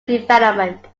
development